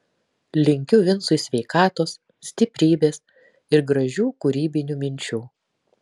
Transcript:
linkiu vincui sveikatos stiprybės ir gražių kūrybinių minčių